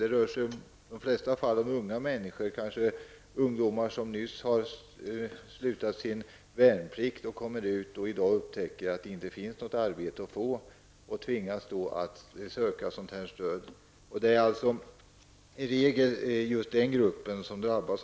Det rör sig i de flesta fallen om unga människor, kanske ungdomar som nyss har avslutat sin värnplikt och upptäcker att det i dag inte finns något arbete att få. De tvingas då söka denna form av stöd. Det är i regel just den gruppen som drabbas.